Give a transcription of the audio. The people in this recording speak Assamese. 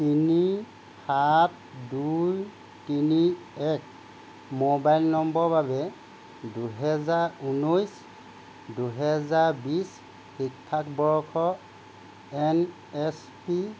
তিনি সাত দুই তিনি এক মোবাইল নম্বৰৰ বাবে দুহেজাৰ ঊনৈছ দুহেজাৰ বিছ শিক্ষাবৰ্ষত এন এছ পি